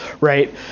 right